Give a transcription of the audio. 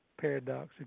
paradox